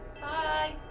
Bye